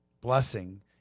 blessing